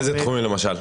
באיזה תחומים למשל?